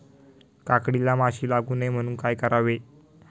काकडीला माशी लागू नये म्हणून काय करावे?